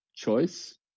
Choice